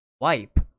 Wipe